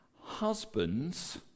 husbands